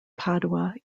padua